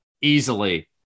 easily